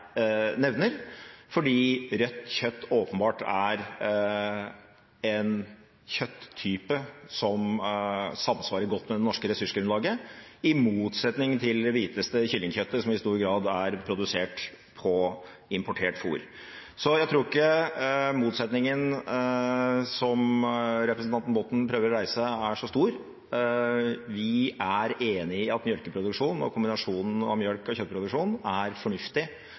nevner, fordi rødt kjøtt åpenbart er en kjøttype som samsvarer godt med det norske ressursgrunnlaget, i motsetning til det hviteste kyllingkjøttet, som i stor grad er produsert på importert fôr. Så jeg tror ikke motsetningen som representanten Botten prøver å reise, er så stor. Vi er enig i at melkeproduksjon og kombinasjonen av melkeproduksjon og kjøttproduksjon er en fornuftig